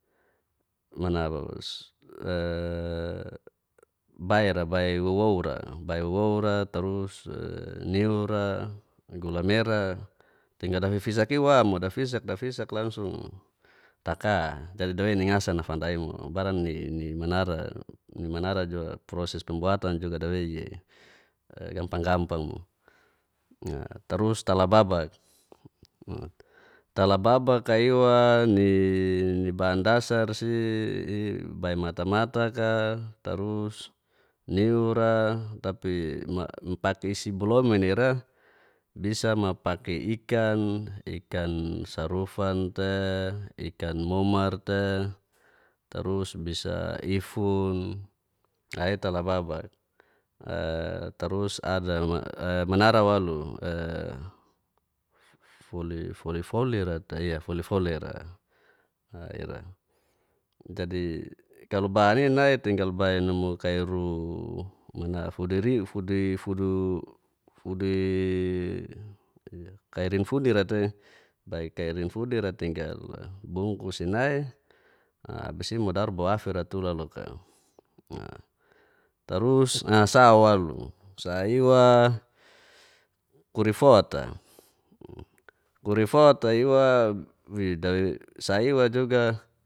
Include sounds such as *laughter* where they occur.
*unintelligible* *hesitation* baira bai wowoura tarus, niura. gula mera, tinggal dafifisakiwa mo dafisak, dafisak langsung taka jadi doeningasan nafandaiwo, barang nimanara, nimanara jua proses pembuatan jua dawei'e gampang-gampang mo. Tarus talababak. talababak'a iwa *hesitation* nibahan dasarsi *hesitation* bai mata-mataka tarus, niura tapi paki dsibualomina ira bisa mo paki ikan, ikan sarufan te, ikan momar te, tarus bisa ifun nai talababar. *hesitation* tarus ada manara walo *unintelligible* foli-folira tei'a foli-foli'ira. *hesitation* jadi kalu bahan ini nai tinggal bai numu kairu *unintelligible* mana fuduriu, kairinfudira te bai kairin fudira tinggal bungkus'i nai abis'i modaru boafira tura loka. Tarus'a sa walo sa iwa *hesitation* kurifot'a, kurifot'a iwa *unintelligible* sa iwa juga